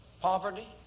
poverty